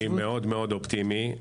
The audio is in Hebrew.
אני מאוד אופטימי.